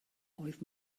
oedd